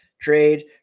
trade